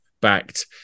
backed